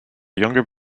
younger